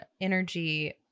energy